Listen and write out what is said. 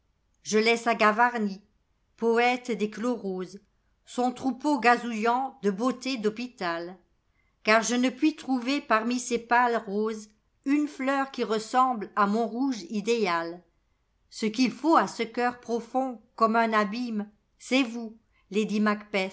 je laisse à gavarni poëte des chloroses son troupeau gazouillant de beautés d'hôpital car je ne puis trouver parmi ces pâles rosesune fleur qui ressemble à mon rouge idéal ce qu'il faut à ce cœur profond comme un abîme c'est vous lady